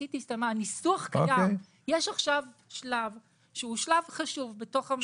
הניסוח קיים ועכשיו שלב הניסוח שהוא שלב חשוב בתוך הממשלה.